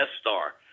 Star